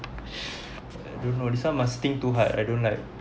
don't know this one must think too hard I don't like